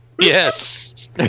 Yes